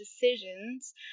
decisions